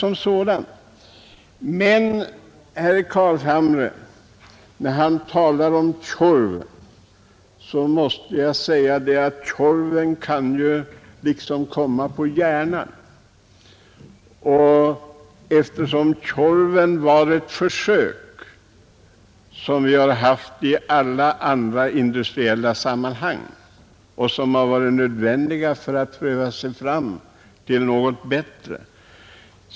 Vidare talade herr Carlshamre om Tjorven, och det är kanske en sak som lätt kan slå sig på hjärnan. Men Tjorven var ett försök av samma slag som har gjorts i många andra industriella sammanhang — och som har varit nödvändiga för att pröva sig fram till något bättre.